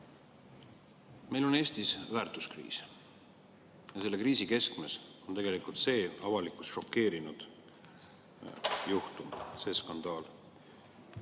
meil on Eestis väärtuskriis ja selle kriisi keskmes on tegelikult see avalikkust šokeerinud juhtum, see skandaal.